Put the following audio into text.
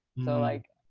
so like,